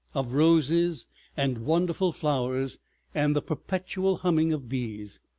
of roses and wonderful flowers and the perpetual humming of bees.